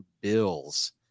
Bills